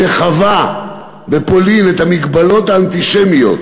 שחווה בפולין את המגבלות האנטישמיות